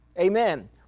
Amen